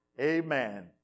Amen